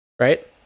right